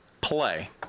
play